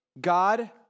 God